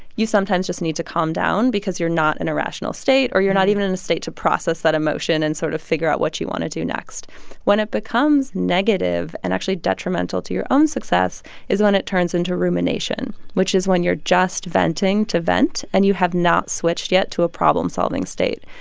you sometimes just need to calm down because you're not in a rational state or you're not even in a state to process that emotion and sort of figure out what you want to do next when it becomes negative and actually detrimental to your own success is when it turns into rumination, which is when you're just venting to vent and you have not switched yet to a problem-solving state.